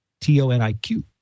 T-O-N-I-Q